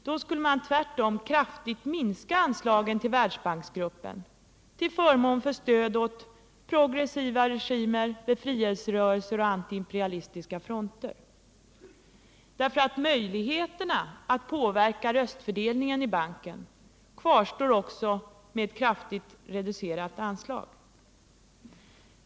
Då skulle man tvärtom kraftigt minska anslagen till Världsbanksgruppen till förmån för stöd åt progressiva regimer, befrielserörelser och antiimperialistiska fronter. Möjligheterna att påverka röstfördelningen i banken kvarstår nämligen också med ett kraftigt reducerat anslag.